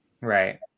Right